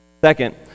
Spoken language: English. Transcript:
Second